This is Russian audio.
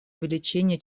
увеличения